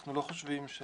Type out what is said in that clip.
אנחנו לא חושבים ש